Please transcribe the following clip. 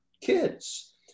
kids